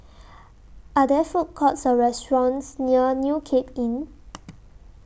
Are There Food Courts Or restaurants near New Cape Inn